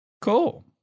Cool